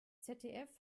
zdf